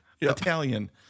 Italian